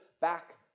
back